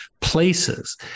places